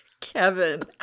Kevin